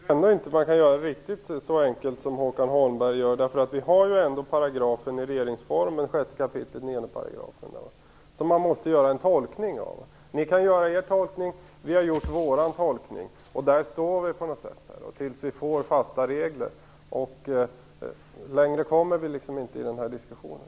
Fru talman! Jag tycker ändå inte att man kan göra det riktigt så enkelt för sig som Håkan Holmberg gör. Vi har ju ändå 6 kap. 9 § i regeringsformen som vi måste göra en tolkning av. Ni kan göra er tolkning. Vi har gjort vår tolkning, och där står vi tills vi får fasta regler. Vi kommer inte längre i den här diskussionen.